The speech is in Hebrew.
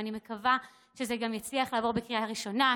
ואני מקווה שזה גם יצליח לעבור בקריאה ראשונה,